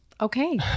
Okay